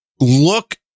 Look